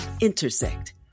intersect